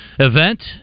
Event